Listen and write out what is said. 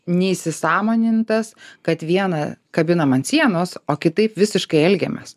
neįsisąmonintas kad viena kabinam ant sienos o kitaip visiškai elgiamės